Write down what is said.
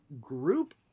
group